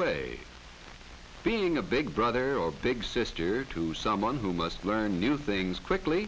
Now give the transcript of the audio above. way being a big brother or big sister to someone who must learn new things quickly